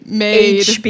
made